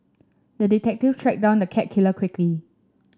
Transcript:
the detective tracked down the cat killer quickly